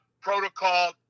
protocol